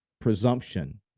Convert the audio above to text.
presumption